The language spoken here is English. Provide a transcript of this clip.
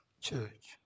church